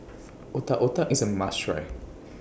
Otak Otak IS A must Try